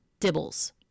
dibbles